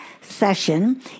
session